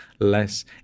less